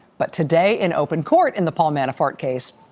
but today in open court, in the paul manafort case,